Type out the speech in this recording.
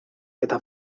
eta